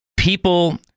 People